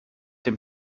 dem